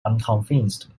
unconvinced